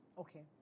Okay